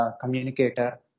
communicator